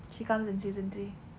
she comes in season three